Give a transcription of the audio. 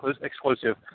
exclusive